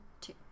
two